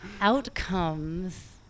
outcomes